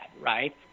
right